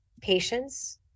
patience